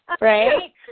Right